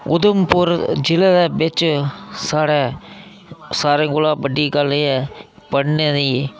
उधमपुर जिले दे बिच साढ़े सारें कोला बड्डी गल्ल एह् ऐ पढ़ने दी